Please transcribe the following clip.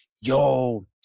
yo